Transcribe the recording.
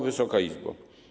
Wysoka Izbo!